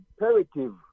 imperative